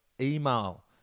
email